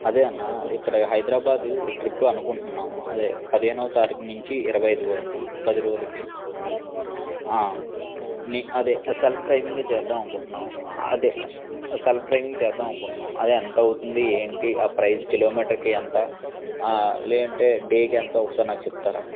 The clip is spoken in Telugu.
అదే అన్నా ఇక్కడ హైదరాబాద్ ట్రిప్ అనుకుంటున్నాము అదే పదిహేనువ తారీకు నుంచి ఇరవై ఐదు వరకు పది రోజులకి అదే సెల్ఫ్ డ్రైవింగ్ చేద్దాం అనుకుంటున్నాం అదే సెల్ఫ్ డ్రైవింగ్ చేద్దాం అనుకుంటున్నాం అది ఎంత అవుతుంది ఏంటి ఆ ప్రైస్ కిలోమీటర్కి ఎంత లేదంటే డేకి ఏంతో ఒకసారి నాకు చెప్తారా